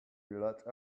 let